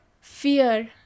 fear